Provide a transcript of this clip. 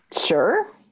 sure